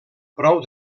prou